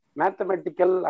mathematical